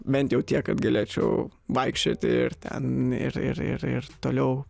bent jau tiek kad galėčiau vaikščioti ir ten ir ir ir toliau